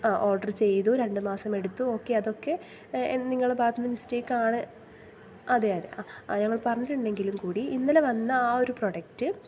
order ചെയ്തു രണ്ട് മാസമെടുത്തു ഓക്കേ അതൊക്കെ നിങ്ങളുടെ ഭാഗത്തു നിന്നുള്ള മിസ്റ്റേക്കാണ് അതെ അതെ ഞങ്ങൾ പറഞ്ഞിട്ടുണ്ടെങ്കിലും കൂടി ഇന്നലെ വന്ന ആ ഒരു പ്രോഡക്റ്റ്